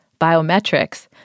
biometrics